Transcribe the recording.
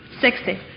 Sixty